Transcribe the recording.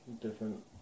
different